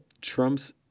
Trump's